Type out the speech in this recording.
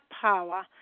power